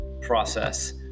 process